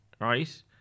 right